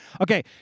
Okay